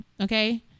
Okay